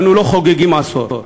אנו לא חוגגים עשור.